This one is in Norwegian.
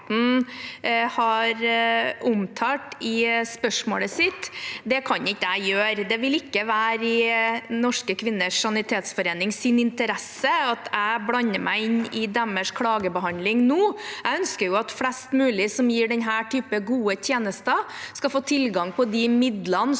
har omtalt i spørsmålet sitt, kan ikke jeg gjøre. Det vil ikke være i Norske Kvinners Sanitetsforenings interesse at jeg blander meg inn i deres klagebehandling nå. Jeg ønsker at flest mulig som gir denne typen gode tjenester, skal få tilgang på de midlene